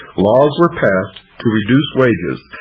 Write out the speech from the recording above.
laws were passed to reduce wages,